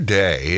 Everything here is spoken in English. day